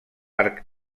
arc